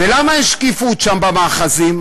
ולמה אין שקיפות שם, במאחזים?